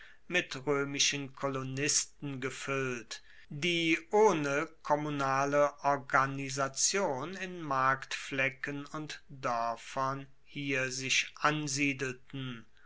mit roemischen kolonisten gefuellt die ohne kommunale organisation in marktflecken und doerfern hier sich ansiedelten